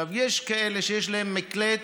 יש כאלה שיש להם מקלט,